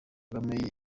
kagame